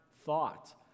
thought